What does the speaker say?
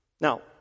Now